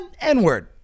N-word